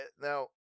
Now